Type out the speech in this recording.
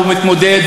הוא מתמודד,